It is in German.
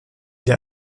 der